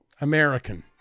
American